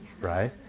right